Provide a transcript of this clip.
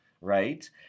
right